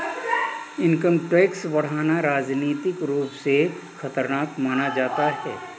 income tax बढ़ाना राजनीतिक रूप से खतरनाक माना जाता है